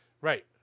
Right